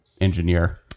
Engineer